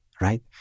right